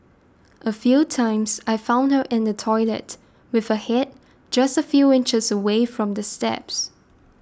a few times I found her in the toilet with her head just a few inches away from the steps